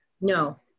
No